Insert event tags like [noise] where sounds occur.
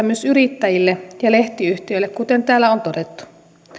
[unintelligible] myös yrittäjille ja lehtiyhtiöille kuten täällä on todettu